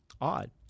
Odd